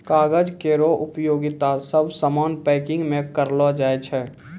कागज केरो उपयोगिता सब सामान पैकिंग म करलो जाय छै